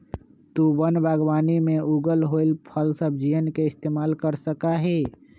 तु वन बागवानी में उगल होईल फलसब्जियन के इस्तेमाल कर सका हीं